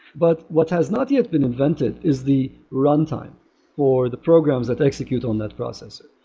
but what has not yet been invented is the runtime for the programs that execute on that processor.